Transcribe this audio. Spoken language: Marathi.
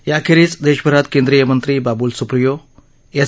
याखेरीज देशभरात केंद्रीयमंत्री बाबुल सुप्रियो एस